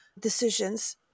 decisions